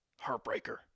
Heartbreaker